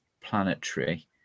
planetary